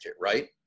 right